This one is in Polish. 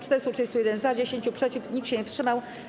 431 - za, 10 - przeciw, nikt się nie wstrzymał.